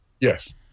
Yes